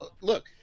Look